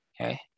okay